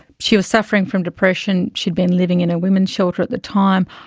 she was suffering from depression, she had been living in a women's shelter at the time.